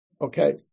Okay